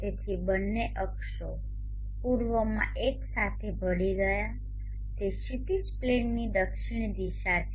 તેથી બંને અક્ષો પૂર્વમાં એક સાથે ભળી ગયા તે ક્ષિતિજ પ્લેનની દક્ષિણ દિશા છે